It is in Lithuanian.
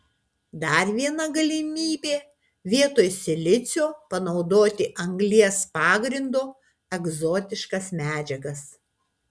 dar viena galimybė vietoj silicio panaudoti anglies pagrindo egzotiškas medžiagas